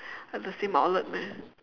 at the same outlet meh